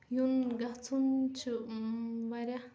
یُن گَژھُن چھُ واریاہ